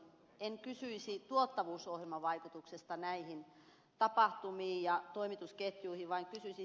en kysyisi tuottavuusohjelman vaikutuksesta näihin tapahtumiin ja toimitusketjuihin vaan kysyisin